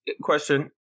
Question